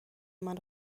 منو